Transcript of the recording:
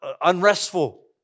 unrestful